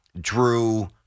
drew